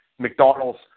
McDonald's